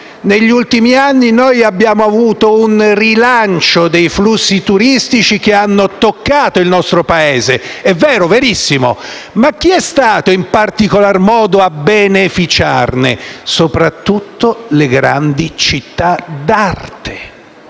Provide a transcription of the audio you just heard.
negli ultimi anni noi abbiamo avuto un rilancio dei flussi turistici che hanno toccato il nostro Paese, è verissimo. Ma chi è stato in particolar modo a beneficiarne? Sono state soprattutto le grandi città d'arte,